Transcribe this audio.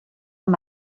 amb